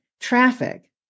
traffic